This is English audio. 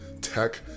tech